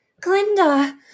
Glinda